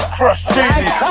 frustrated